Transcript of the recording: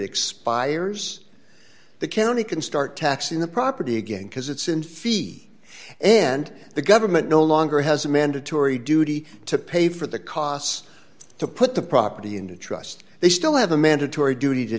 expires the county can start taxing the property again because it's in fee and the government no longer has a mandatory duty to pay for the costs to put the property into trust they still have a mandatory duty to